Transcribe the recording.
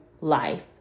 life